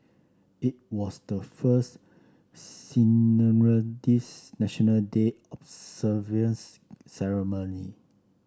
it was the first National Day observance ceremony